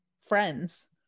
friends